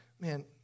man